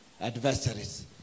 adversaries